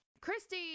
Christy